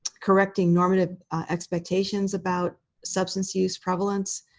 correcting normative expectations about substance use prevalence.